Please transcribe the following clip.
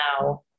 now